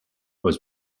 was